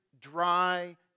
dry